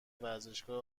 ورزشگاه